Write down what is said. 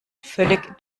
völlig